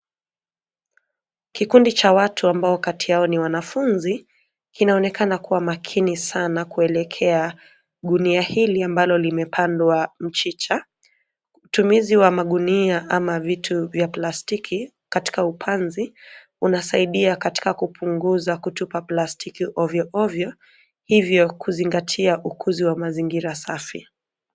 Kikundi cha watu ambao kati yao ni wanafunzi kinaonekana kuwa makini sana kuelekea gunia hili ambalo limepandwa mchicha. Utumizi wa mangunia ama vitu za plastiki katika upanzi unasaidia katika kupunguza kutupa plastiki ovyoovyo hivyo kuzingatia ukuzi wa mazingira safi.